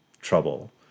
trouble